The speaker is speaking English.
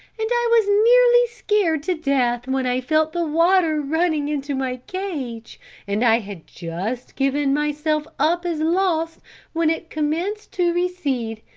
and i was nearly scared to death when i felt the water running into my cage and i had just given myself up as lost when it commenced to recede,